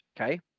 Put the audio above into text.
okay